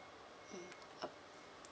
mm uh